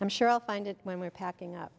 i'm sure i'll find it when we're packing up